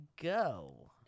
go